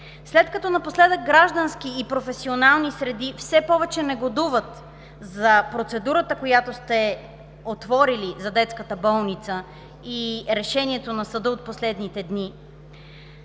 след като напоследък граждански и професионални среди все повече негодуват за процедурата, която сте отворили за детската болница, и решението на съда от последните дни;